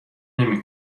نمی